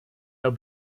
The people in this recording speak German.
der